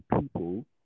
people